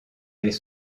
des